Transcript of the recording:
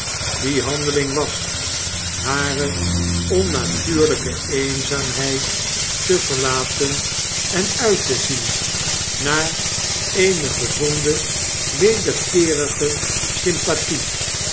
die handeling was hare onnatuurlpe eenzaamheid te verlaten en uit te zien naar eene gezonde wederkeerige sympathie